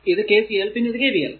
ഇത് KCL പിന്നെ ഇത് KVL